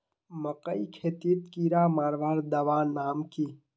मकई खेतीत कीड़ा मारवार दवा नाम की?